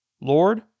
Lord